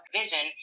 vision